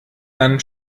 dann